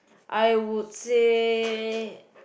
I would say